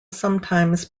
sometimes